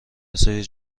عصای